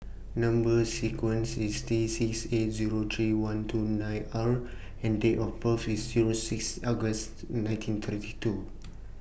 Number sequence IS T six eight Zero three one two nine R and Date of birth IS Zero six August nineteen thirty two